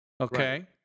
Okay